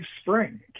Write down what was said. spring